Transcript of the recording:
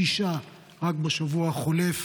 שישה רק בשבוע החולף.